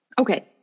okay